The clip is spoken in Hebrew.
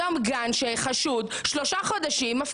אבל המקרים שקורים אנחנו לא רוצים